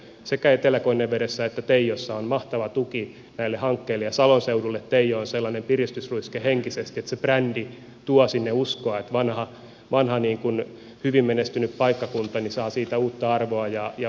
sekä etelä konnevedessä että teijossa on mahtava tuki näille hankkeille ja salon seudulle teijo on sellainen piristysruiske henkisesti että se brändi tuo sinne uskoa että vanha hyvin menestynyt paikkakunta saa siitä uutta arvoa ja matkailutuloja